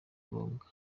ngombwa